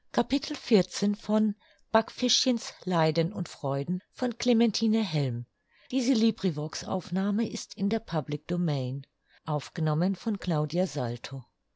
leiden und freuden